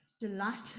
delight